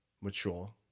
mature